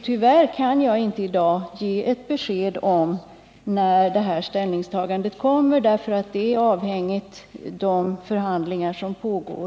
Tyvärr kan jag inte i dag ge ett besked om när detta ställningstagande kommer, eftersom det är avhängigt av de förhandlingar som pågår.